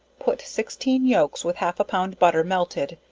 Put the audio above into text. put sixteen yolks with half a pound butter melted,